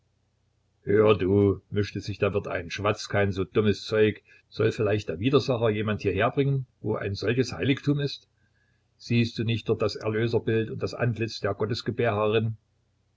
hör du mischte sich der wirt ein schwatz kein so dummes zeug soll vielleicht der widersacher jemand herbringen wo ein solches heiligtum ist siehst du nicht dort das erlöserbild und das antlitz der